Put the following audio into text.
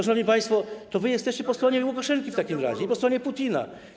Szanowni państwo, to wy jesteście po stronie Łukaszenki w takim razie i po stronie Putina.